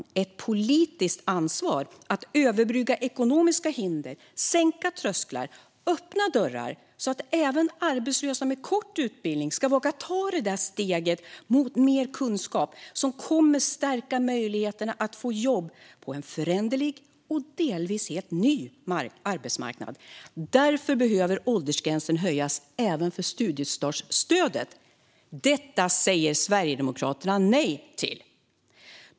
Vi har ett politiskt ansvar att överbrygga ekonomiska hinder, sänka trösklar och öppna dörrar så att även arbetslösa med kort utbildning ska våga ta det där steget mot mer kunskap som kommer att stärka möjligheterna att få jobb på en föränderlig och delvis helt ny arbetsmarknad. Därför behöver åldersgränsen höjas även för studiestartsstödet. Detta säger Sverigedemokraterna nej till.